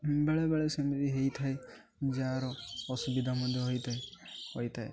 ବେଳେବେଳେ ସେମିତି ହେଇଥାଏ ଯାହାର ଅସୁବିଧା ମଧ୍ୟ ହୋଇଥାଏ ହୋଇଥାଏ